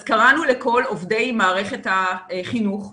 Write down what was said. אז קראנו לכל עובדי מערכת החינוך להידגם.